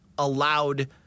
allowed